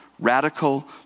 Radical